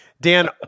Dan